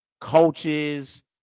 coaches